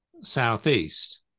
southeast